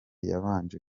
yabanje